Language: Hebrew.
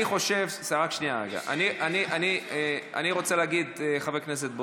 אני רוצה להגיד, חבר הכנסת בוסו,